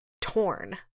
torn